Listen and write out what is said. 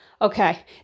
okay